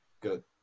Good